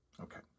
Okay